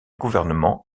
gouvernement